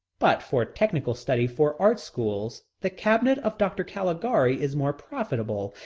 but for technical study for art schools, the cabinet of dr. caligari is more profitable.